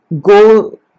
go